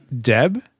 Deb